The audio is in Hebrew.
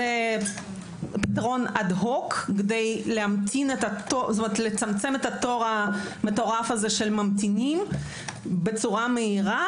זה פתרון אד הוק כדי לצמצם את התור המטורף של ממתינים בצורה מהירה.